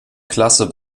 klasse